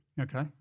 Okay